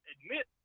Admit